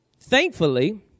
Thankfully